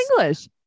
English